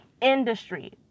industry